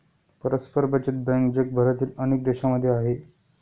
परस्पर बचत बँक जगभरातील अनेक देशांमध्ये आहे